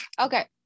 Okay